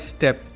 Step